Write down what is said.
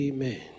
Amen